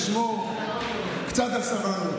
נשמור קצת על סבלנות,